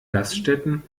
gaststätten